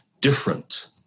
different